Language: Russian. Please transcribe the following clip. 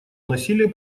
насилие